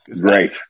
Great